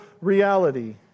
reality